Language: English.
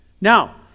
Now